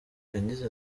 yagize